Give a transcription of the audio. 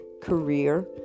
career